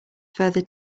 further